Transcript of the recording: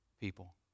people